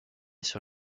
sur